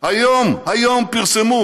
היום פרסמו